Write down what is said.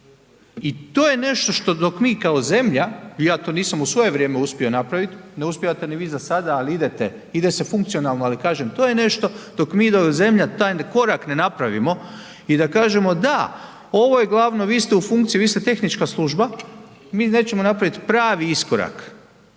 I to je nešto što dok mi kao zemlja, ja to nisam u svoje vrijeme uspio napravit, ne uspijevate ni vi zasada ali ide se funkcionalno ali kažem, to je nešto dok mi, dok zemlja taj korak ne napravimo i da kažemo da, glavno, vi ste u funkciji, vi ste tehnička služba, mi nećemo napraviti pravi iskorak